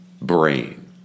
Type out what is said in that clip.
brain